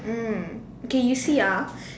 mm okay you see ah